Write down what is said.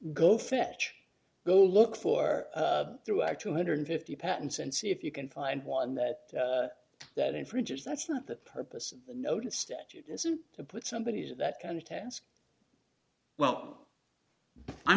go fetch go look for through our two hundred and fifty patents and see if you can find one that busy that infringes that's not the purpose of the notice statute isn't to put somebody in that kind of task well i'm